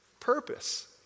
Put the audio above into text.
Purpose